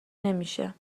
نمیشه